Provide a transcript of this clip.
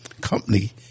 company